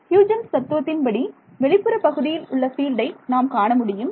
Huygens தத்துவத்தின்படி வெளிப்புறப் பகுதியில் உள்ள ஃபீல்டை நாம் காணமுடியும்